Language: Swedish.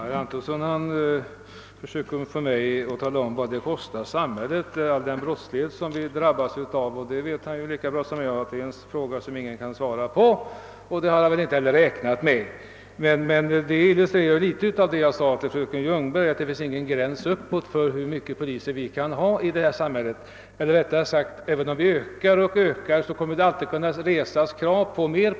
Herr talman! Herr Antonsson försökte att tala om vad all den brottslighet som vi drabbas av kostar samhället, men han vet lika väl som jag att ingen kan svara på frågan hur mycket sådant kostar. Men han har väl inte heller räknat med att någon skulle kunna göra det. Detta illustrerar emellertid något av det jag sade till fröken Ljungberg, nämligen att det inte finns någon gräns uppåt för hur många poliser vi kan ha, ty även om vi ständigt ökar antalet kommer det alltid att kunna resas krav på fler.